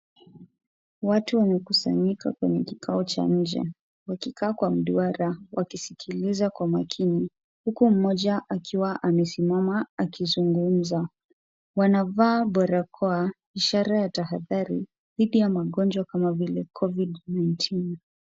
Watu wamekusanyika kwenye kikao cha nje, wakikaa kwa mduara wakisikiliza kwa makini, huku mmoja akiwa amesimama akizungumza. Wanavaa barakoa, ishara ya tahadhari, dhidi ya magonjwa kama vile COVID-19.